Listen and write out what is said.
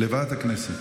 לוועדת הכנסת.